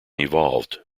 evolved